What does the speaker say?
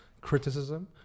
criticism